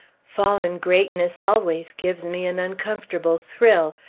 fallen greatness always gives me an uncomfortable thrill.